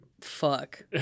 Fuck